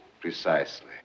precisely